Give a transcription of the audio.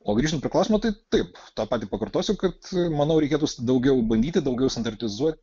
o grįžtant prie klausimo tai taip tą patį pakartosiu kad manau reikėtų daugiau bandyti daugiau standartizuoti